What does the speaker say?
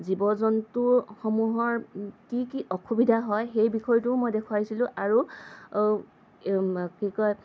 জীৱ জন্তুসমূহৰ কি কি অসুবিধা হয় সেই বিষয়টোও মই দেখুৱাইছিলোঁ আৰু কি কয়